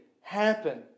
happen